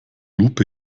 lupe